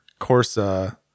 Corsa